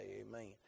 amen